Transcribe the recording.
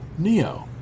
Neo